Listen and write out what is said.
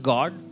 God